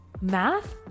math